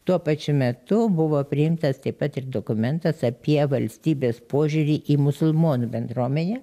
tuo pačiu metu buvo priimtas taip pat ir dokumentas apie valstybės požiūrį į musulmonų bendruomenę